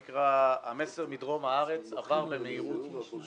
המסר מדרום הארץ עבר צפונה.